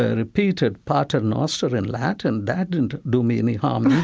ah repeated paternoster in latin that didn't do me any harm and